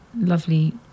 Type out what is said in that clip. lovely